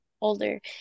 Older